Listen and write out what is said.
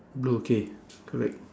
blue okay correct